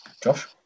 Josh